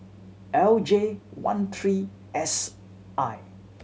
L J one three S I